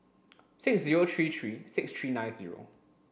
six zero three three six three nine zero